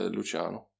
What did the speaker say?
Luciano